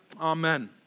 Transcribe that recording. Amen